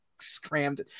scrammed